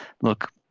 look